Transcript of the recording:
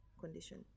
condition